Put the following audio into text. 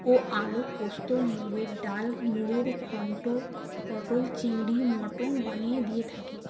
ও আলু পোস্ত মুগের ডাল মুড়োর ঘণ্ট পটল চিংড়ি মটন বানিয়ে দিয়ে থাকি